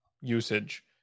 usage